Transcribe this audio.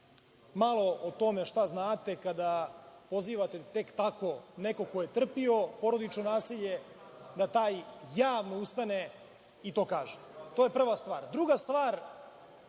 malo o tome šta znate kada pozivate tek tako nekog ko je trpeo porodično nasilje, da taj javno ustane i to kaže. To je prva stvar. Druga stvar,